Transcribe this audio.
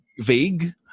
vague